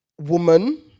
woman